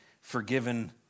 forgiven